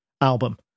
album